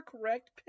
correct